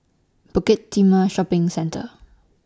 Bukit Timah Shopping Centre